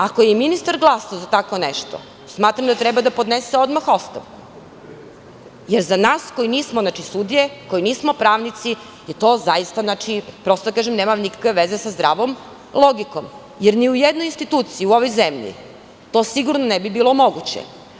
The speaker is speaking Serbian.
Ako je ministar glasao za tako nešto, smatram da treba odmah da podnese ostavku, jer za nas koji nismo sudije, koji nismo pravnici, to zaista da kažem nema nikakve veze sa zdravom logikom, jer ni u jednoj instituciji u ovoj zemlji to sigurno ne bi bilo moguće.